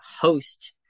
host